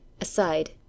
aside